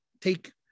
take